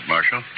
Marshal